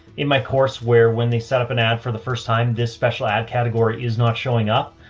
in my course where when they set up an ad for the first time, this special ad category is not showing up.